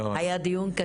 היה דיון קשה נכון?